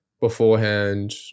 beforehand